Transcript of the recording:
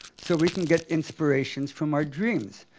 so we can get inspirations from our dreams.